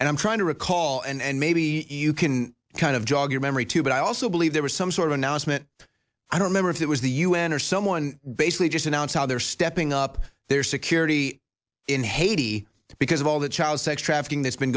and i'm trying to recall and maybe you can kind of jog your memory too but i also believe there was some sort of announcement i don't remember if it was the u n or someone basically just announce how they're stepping up their security in haiti because of all the child sex trafficking that's been